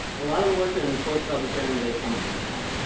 a lot of the work that in quotes i'll be sharing today come from that